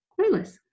Clueless